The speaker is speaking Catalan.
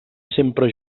sempre